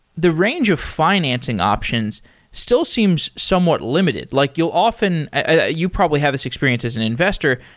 the range of financing options still seems somewhat limited. like you'll often ah you probably have this experience as an investor.